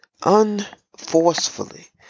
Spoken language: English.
unforcefully